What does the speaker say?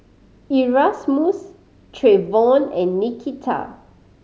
Erasmus Treyvon and Nikita